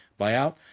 buyout